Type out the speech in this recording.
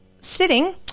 sitting